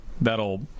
that'll